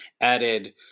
added